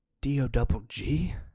D-O-double-G